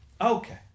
Okay